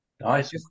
Nice